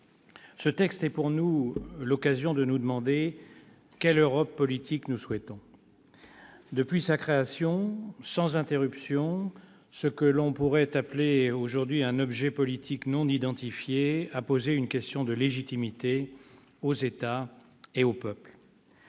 ce texte est l'occasion de nous demander quelle Europe politique nous souhaitons. Depuis sa création, sans interruption, ce que l'on pourrait qualifier aujourd'hui d'objet politique non identifié a posé une question de légitimité aux États et aux peuples.